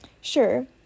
Sure